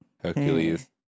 Hercules